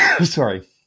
sorry